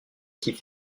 thème